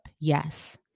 Yes